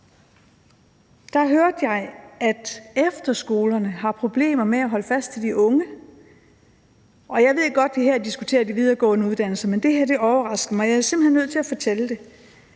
Jeg hørte, at efterskolerne har problemer med at holde fast på de unge. Jeg ved godt, at vi her diskuterer de videregående uddannelser, men det her overraskede mig, og jeg er simpelt hen nødt til at fortælle det.